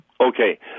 Okay